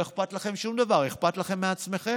לא אכפת לכם שום דבר, אכפת לכם מעצמכם.